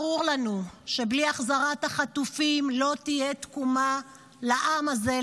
ברור לנו שבלי החזרת החטופים לא תהיה תקומה לעם הזה,